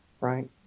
Right